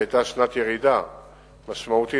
שהיתה שנת ירידה משמעותית,